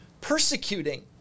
persecuting